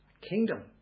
Kingdom